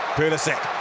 Pulisic